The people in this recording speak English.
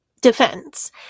defense